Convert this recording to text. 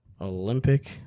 Olympic